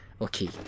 Okay